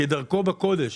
כדרכו בקודש,